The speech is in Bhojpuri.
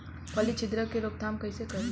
फली छिद्रक के रोकथाम कईसे करी?